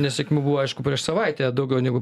nesėkmių buvo aišku prieš savaitę daugiau negu